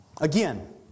Again